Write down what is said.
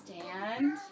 stand